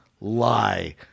lie